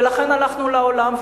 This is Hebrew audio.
ולכן הלכנו לעולם,